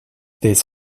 this